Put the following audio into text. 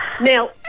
now